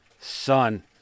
son